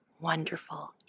wonderful